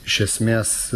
iš esmės